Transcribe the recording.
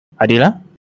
Adila